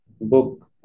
book